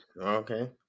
okay